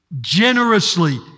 generously